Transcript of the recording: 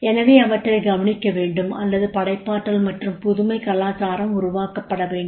எனவே அவற்றை கவனிக்க வேண்டும் அல்லது படைப்பாற்றல் மற்றும் புதுமை கலாச்சாரம் உருவாக்கப்பட வேண்டும்